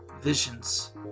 Visions